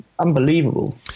unbelievable